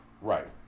Right